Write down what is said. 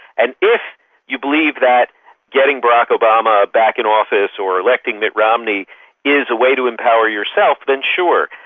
and if you believe that getting barack obama back in office or electing mitt romney is a way to empower yourself, then sure.